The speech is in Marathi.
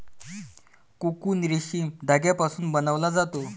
कोकून रेशीम धाग्यापासून बनवला जातो